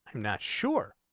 not sure